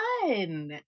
fun